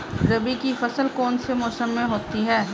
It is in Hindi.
रबी की फसल कौन से मौसम में होती है?